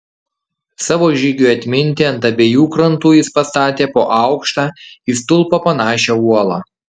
savo žygiui atminti ant abiejų krantų jis pastatė po aukštą į stulpą panašią uolą